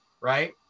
right